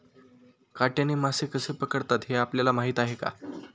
काट्याने मासे कसे पकडतात हे आपल्याला माहीत आहे का?